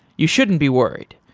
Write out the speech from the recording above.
you shouldn't be worried.